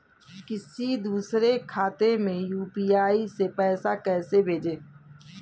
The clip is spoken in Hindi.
किसी दूसरे के खाते में यू.पी.आई से पैसा कैसे भेजें?